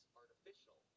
artificial